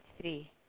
three